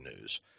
news